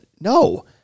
No